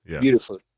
Beautiful